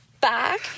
back